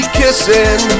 kissing